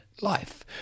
life